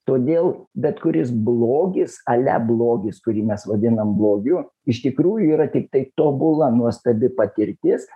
todėl bet kuris blogis ale blogis kurį mes vadinam blogiu iš tikrųjų yra tiktai tobula nuostabi patirtis